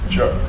Sure